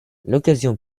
l’occasion